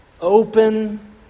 open